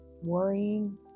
worrying